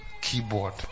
keyboard